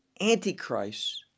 Antichrist